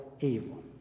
evil